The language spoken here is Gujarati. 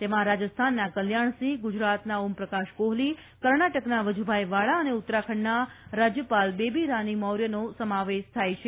તેમાં રાજસ્થાનના કલ્યાજ્ઞસિંહ ગુજરાતના ઓમપ્રકાશ કોહલી કર્ણાટકના વજુભાઇ વાળા અને ઉત્તરાખંડના રાજયપાલ બેબી રાની મૌર્યનો સમાવેશ થાય છે